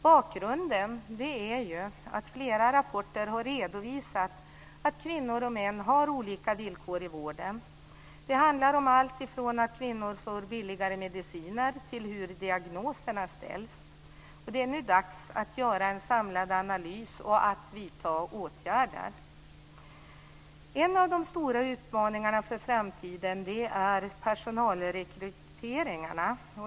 Bakgrunden är att flera rapporter har redovisat att kvinnor och män har olika villkor i vården. Det handlar om allt från att kvinnor får billigare medicin till hur diagnoserna ställs. Det är nu dags att göra en samlad analys och att vidta åtgärder. En av de stora utmaningarna för framtiden är personalrekryteringen.